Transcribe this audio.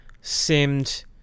seemed